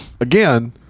Again